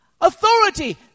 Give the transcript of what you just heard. Authority